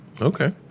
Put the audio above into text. Okay